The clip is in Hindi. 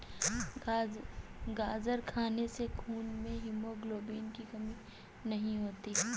गाजर खाने से खून में हीमोग्लोबिन की कमी नहीं होती